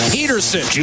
Peterson